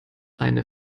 eine